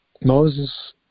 Moses